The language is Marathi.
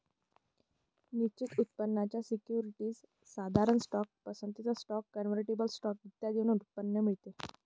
निश्चित उत्पन्नाच्या सिक्युरिटीज, साधारण स्टॉक, पसंतीचा स्टॉक, कन्व्हर्टिबल स्टॉक इत्यादींवर उत्पन्न मिळते